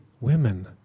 women